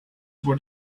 what